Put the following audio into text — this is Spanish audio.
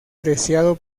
preciado